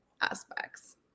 aspects